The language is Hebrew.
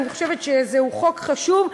זהו חוק חשוב,